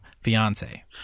fiance